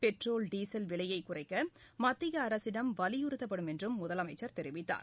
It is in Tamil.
பெட்ரோல் டீசல் விலையைக் குறைக்கமத்தியஅரசிடம் வலியுறுத்தப்படும் என்றும் முதலமைச்சர் தெரிவித்தார்